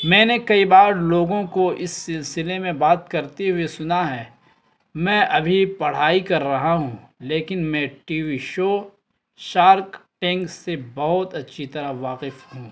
میں نے کئی بار لوگوں کو اس سلسلے میں بات کرتے ہوئے سنا ہے میں ابھی پڑھائی کر رہا ہوں لیکن میں T V show Shark Tank سے بہت اچھی طرح واقف ہوں